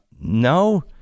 No